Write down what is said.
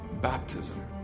baptism